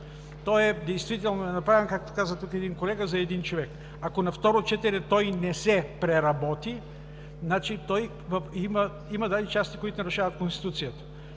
става. Действително той е направен, както каза тук един колега, за един човек. Ако на второ четене той не се преработи… Има даже и части, които нарушават Конституцията.